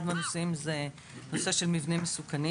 אחד הנושאים הוא נושא של מבנים מסוכנים.